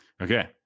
Okay